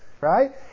right